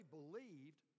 believed